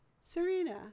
Serena